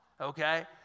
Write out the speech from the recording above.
okay